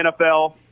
NFL